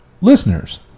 Listeners